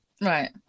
right